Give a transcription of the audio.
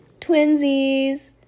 Twinsies